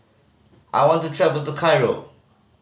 I want to travel to Cairo